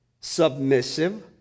submissive